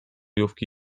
jówki